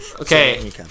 Okay